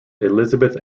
elizabeth